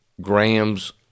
grams